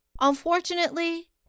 Unfortunately